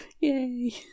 Yay